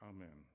Amen